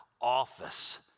office